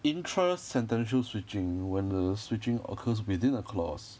intra sentential switching when the switching occurs within a clause